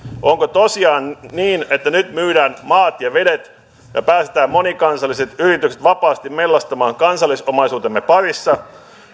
onko tosiaan niin että nyt myydään maat ja vedet ja päästetään monikansalliset yritykset vapaasti mellastamaan kansallisomaisuutemme parissa